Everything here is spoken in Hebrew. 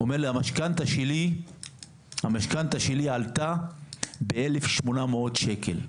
הוא אומר לי: "המשכנתה שלי עלתה ב-1,800 שקל,